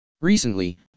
Recently